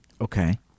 Okay